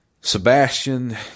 Sebastian